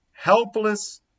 helpless